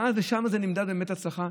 ואז שם נמדדת באמת הצלחה.